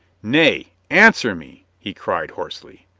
nay, answer me! he cried hoarsely.